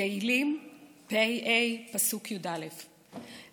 תהלים פ"ה, פסוק י"א.